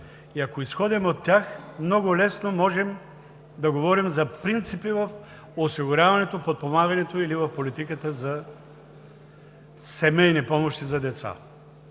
и, ако изходим от тях, много лесно можем да говорим за принципи в осигуряването, подпомагането или в политиката за семейни помощи за деца.